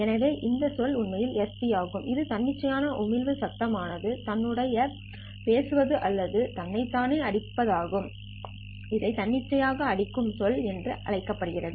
எனவே இந்த சொல் உண்மையில் Sp ஆகும் இது தன்னிச்சையான உமிழ்வு சத்தம் ஆனது தன்னுடன் பேசுவது அல்லது தன்னைத்தானே அடிப்பதாகும் இதை தன்னிச்சையான அடிக்கும் சொல் என்று அழைக்கப்படுகிறது